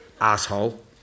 asshole